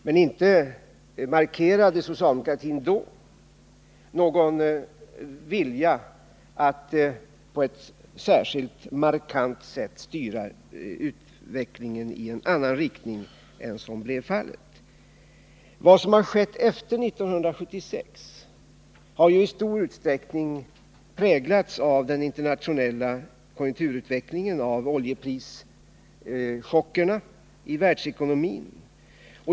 Men inte visade socialdemokratin då någon vilja att på ett särskilt markant sätt styra utvecklingen i en annan riktning än som blev fallet. Vad som har skett efter 1976 har i stor utsträckning präglats av den internationella konjunkturutvecklingen, av oljeprischockerna i världsekonomin.